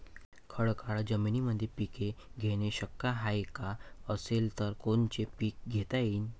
खडकाळ जमीनीमंदी पिके घेणे शक्य हाये का? असेल तर कोनचे पीक घेता येईन?